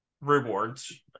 rewards